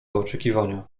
oczekiwania